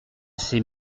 ses